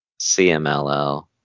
CMLL